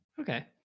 Okay